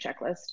checklist